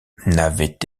n’avait